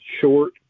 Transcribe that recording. short